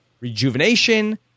Rejuvenation